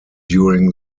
during